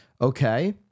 Okay